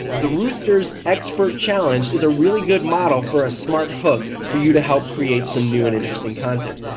the rooster's expert challenge is a really good model for a smart hook for you to help create some new and interesting content.